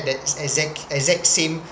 that exact exact same